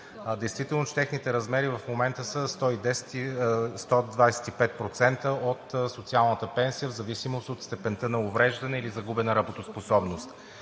действително, че техните размери в момента са 110 и 125% от социалната пенсия, в зависимост от степента на увреждане или загубена работоспособност.